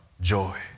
joy